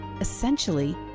Essentially